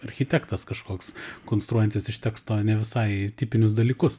architektas kažkoks konstruojantis iš teksto ne visai tipinius dalykus